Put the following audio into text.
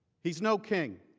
he is no king.